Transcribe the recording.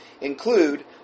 include